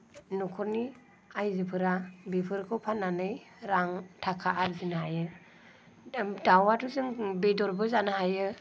न'खरनि आयजोफोरा बेफोरखौ फाननानै रां थाखा आरजिनो हायो दाउआथ' जों बेदरबो जानो हायो